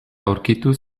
aurkitu